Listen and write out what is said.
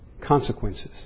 consequences